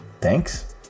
Thanks